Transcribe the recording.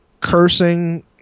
cursing